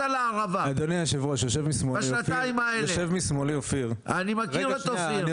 אדוני יושב הראש יושב משמאלי אופיר --- אני מכיר את אופיר.